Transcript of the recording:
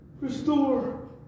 restore